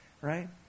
right